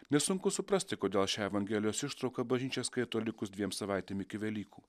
nesunku suprasti kodėl šią evangelijos ištrauką bažnyčia skaito likus dviem savaitėm iki velykų